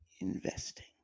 investing